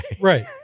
right